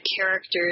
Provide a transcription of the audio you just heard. character's